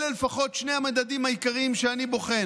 אלה לפחות שני המדדים העיקריים שאני בוחן